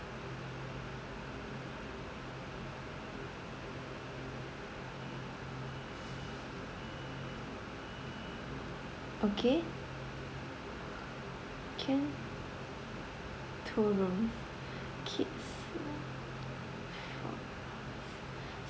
okay can two room kids